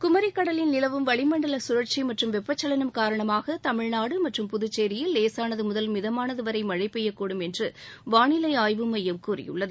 குமரிக் கடலில் நிலவும் வளிமண்டல சுழற்சி மற்றும் வெப்பச்சலனம் காரணமாக தமிழ்நாடு மற்றும் புதுச்சேரியில் லேசானது முதல் மிதமானது வரை மழை பெய்யக்கூடும் என்று வானிலை ஆய்வு மையம் கூறியுள்ளது